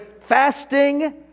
fasting